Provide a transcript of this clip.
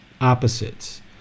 opposites